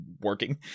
working